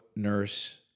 Nurse